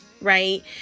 right